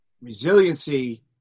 Resiliency